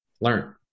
learn